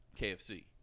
KFC